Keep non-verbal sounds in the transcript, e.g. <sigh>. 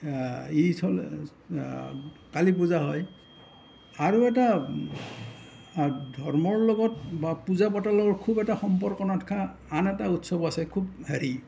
<unintelligible> কালী পূজা হয় আৰু এটা ধৰ্মৰ লগত বা পূজা পাতলৰ খুব এটা সম্পৰ্ক নথকা আন এটা উৎসৱ আছে খুব হেৰি